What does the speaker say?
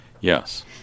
yes